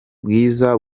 bwiza